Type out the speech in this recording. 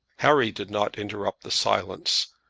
harry did not interrupt the silence,